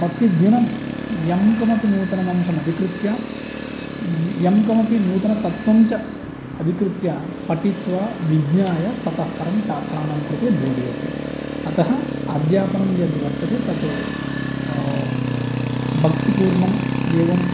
प्रतिदिनं यं कमपि नूतनं अंशमधिकृत्य यं कमपि नूतनतत्वं च अधिकृत्य पठित्वा विज्ञाय ततः परं छात्राणां कृते बोधयति अतः अध्यापनं यद्वर्तते तत भक्तिपूर्णम् एवं